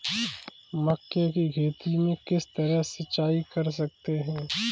मक्के की खेती में किस तरह सिंचाई कर सकते हैं?